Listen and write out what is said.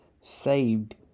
saved